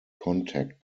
contact